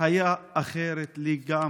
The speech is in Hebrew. היה אחרת לגמרי.